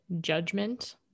judgment